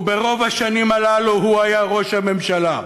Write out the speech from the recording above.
וברוב השנים הללו הוא היה ראש הממשלה,